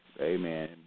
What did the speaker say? Amen